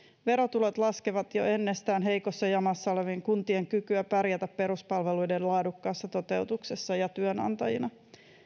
verotulot laskevat jo ennestään heikossa jamassa olevien kuntien kykyä pärjätä peruspalveluiden laadukkaassa toteutuksessa ja työnantajina